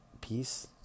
peace